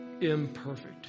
imperfect